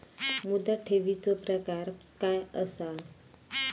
मुदत ठेवीचो प्रकार काय असा?